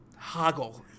Hoggle